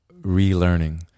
relearning